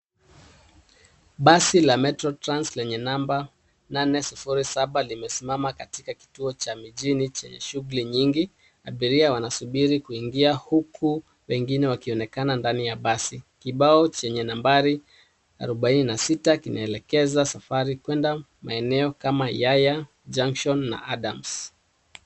Basi la metro trans lenye namba 807 limesimama katika Kituo cha michini chenye shughuli nyingi abiria wanasubiri kuingia huku wengine wakionekana ndani ya basi. Kibao chenye nambari arubaini na sita kinaelekeza safari kwenda maeneo kama yaya Juction na Adams.